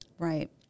Right